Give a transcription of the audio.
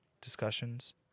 discussions